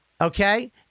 okay